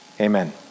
amen